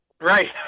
Right